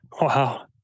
Wow